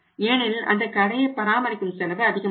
ஏனெனில் அந்த கடையை பராமரிக்கும் செலவு அதிகமாகும்